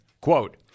quote